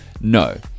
no